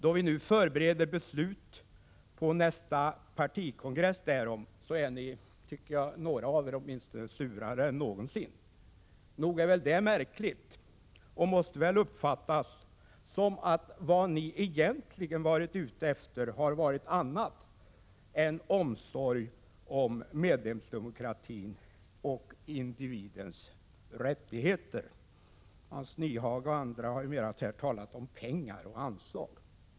Då vi nu förbereder beslut på nästa partikongress därom är åtminstone några av er surare än någonsin. Nog är väl det märkligt och måste uppfattas som att vad ni egentligen varit ute efter har varit något annat än omsorg om medlemsdemokratin och individens rättigheter? Hans Nyhage och andra har mer talat om pengar och anslag.